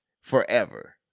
forever